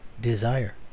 desire